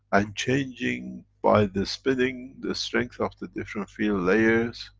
and changing by the spinning the strength of the different field layers.